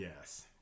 Yes